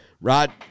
Rod